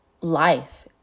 life